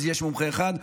אז יש מומחה אחד,